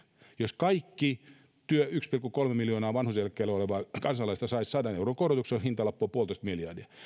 jos kaikki yksi pilkku kolme miljoonaa vanhuuseläkkeellä olevaa kansalaista saisivat sadan euron korotuksen hintalappu on yksi pilkku viisi miljardia